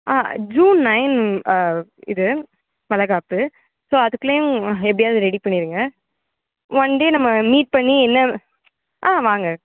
ஆ June nine இது வளைகாப்பு so அதுக்குள்ளையும் எப்படியாவது ரெடி பண்ணிருங்கள் ஒன் டே நம்ம மீட் பண்ணி என்ன ஆ வாங்க